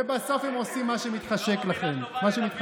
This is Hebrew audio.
ובסוף הם עושים מה שמתחשק להם.